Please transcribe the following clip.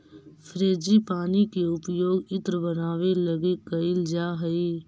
frangipani के उपयोग इत्र बनावे लगी कैइल जा हई